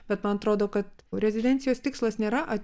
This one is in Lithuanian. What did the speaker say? bet man atrodo kad o rezidencijos tikslas nėra